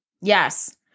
Yes